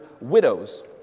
widows